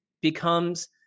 becomes